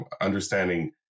understanding